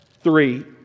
three